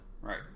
Right